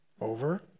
over